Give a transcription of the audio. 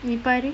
நீ பாரு:nee paru